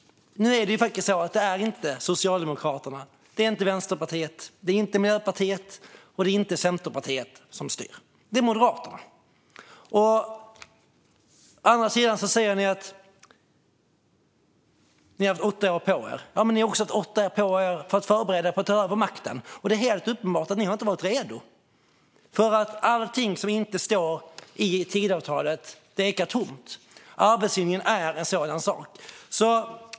Nu är det inte Socialdemokraterna, inte Vänsterpartiet, inte Miljöpartiet och inte Centerpartiet som styr. Det är Moderaterna. Ni säger: "Ni har haft åtta år på er." Men ni har också haft åtta år på er att förbereda er på att ta över makten. Det är helt uppenbart att ni inte har varit redo. När det gäller allt som inte står i Tidöavtalet ekar det nämligen tomt. Arbetslinjen är en sådan sak.